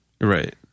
right